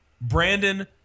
Brandon